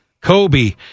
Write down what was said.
Kobe